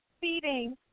feeding